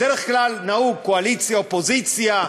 בדרך כלל נהוג קואליציה אופוזיציה,